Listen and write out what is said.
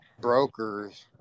brokers